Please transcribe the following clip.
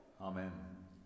Amen